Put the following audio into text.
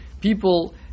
people